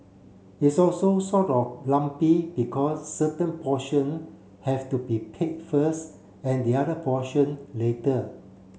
it's also sort of lumpy because certain portion have to be paid first and the other portion later